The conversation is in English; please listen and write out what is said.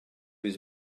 his